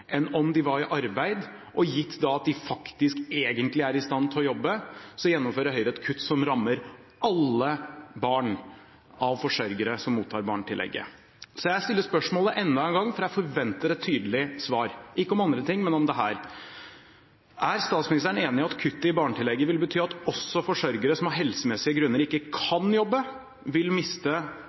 enn om de var i arbeid – gitt at de egentlig er i stand til å jobbe – gjennomfører Høyre et kutt som rammer alle barn av forsørgere som mottar barnetillegget. Jeg stiller spørsmålet enda en gang, for jeg forventer et tydelig svar – ikke om andre ting, men om dette: Er statsministeren enig i at kuttet i barnetillegget vil bety at også forsørgere som av helsemessige grunner ikke kan jobbe, vil miste